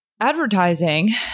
advertising